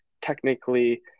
technically